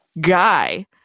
guy